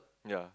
ya